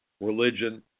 religion